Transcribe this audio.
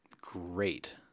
great